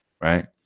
Right